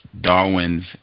Darwin's